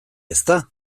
ezta